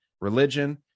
religion